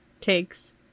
takes